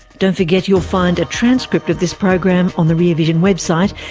don't forget you'll find a transcript of this program on the rear vision website.